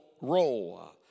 role